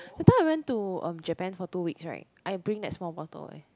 that time I went to Japan for two weeks right I bring that small bottle eh